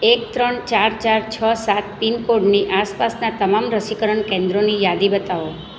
એક ત્રણ ચાર ચાર છ સાત પિનકોડની આસપાસનાં તમામ રસીકરણ કેન્દ્રોની યાદી બતાવો